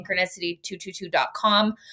synchronicity222.com